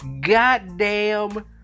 goddamn